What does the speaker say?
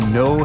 no